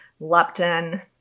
leptin